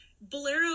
Bolero